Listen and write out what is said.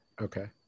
Okay